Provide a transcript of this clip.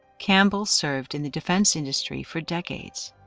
campbell served in the defense industry for decades,